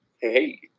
hey